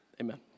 Amen